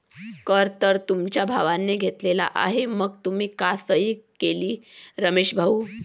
कर तर तुमच्या भावाने घेतला आहे मग तुम्ही का सही केली रमेश भाऊ?